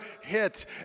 hit